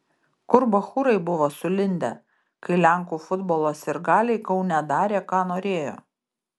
kur bachūrai buvo sulindę kai lenkų futbolo sirgaliai kaune darė ką norėjo